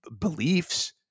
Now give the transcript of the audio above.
beliefs